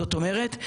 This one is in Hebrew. זאת אומרת,